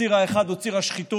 הציר האחד הוא ציר השחיתות,